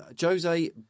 Jose